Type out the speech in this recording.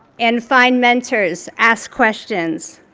and find mentors, ask questions.